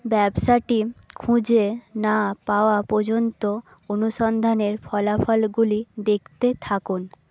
ব্যবসাটি খুঁজে না পাওয়া পর্যন্ত অনুসন্ধানের ফলাফলগুলি দেখতে থাকুন